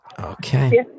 Okay